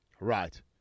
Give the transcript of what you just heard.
Right